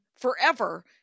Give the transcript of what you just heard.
forever